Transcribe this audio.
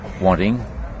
wanting